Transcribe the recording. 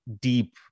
deep